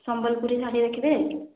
ସମ୍ବଲପୁରୀ ଶାଢ଼ୀ ଦେଖିବେ